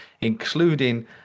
including